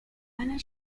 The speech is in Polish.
ale